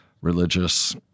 religious